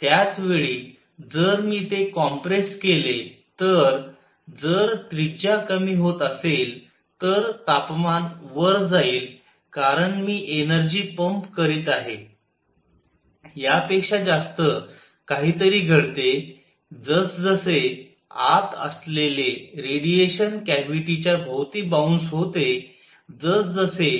त्याच वेळी जर मी ते कॉम्प्रेस केले तर जर त्रिज्या कमी होत असेल तर तापमान वर जाईल कारण मी एनर्जी पंप करीत आहे यापेक्षा ज्यास्त काहीतरी घडते जसजसे आत असलेले रेडिएशन कॅव्हिटीच्या भोवती बाउंस होते जसजसे